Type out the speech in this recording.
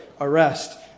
Arrest